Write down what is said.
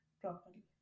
properly